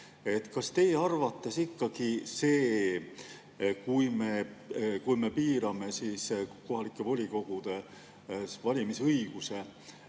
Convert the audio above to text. Kas teie arvates see, kui me piirame kohalike volikogude valimise õiguse